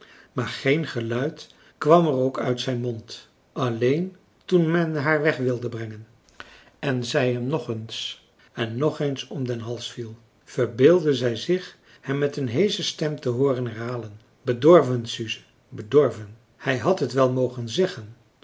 maar geen geluid kwam er ook uit zijn mond alleen toen men haar weg wilde brengen en zij hem nog eens en ng eens om den hals viel verbeeldde zij zich hem met een heesche stem te hooren herhalen bedorven suze bedorven hij had het wel mogen zeggen